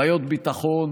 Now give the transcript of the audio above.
בעיות ביטחון,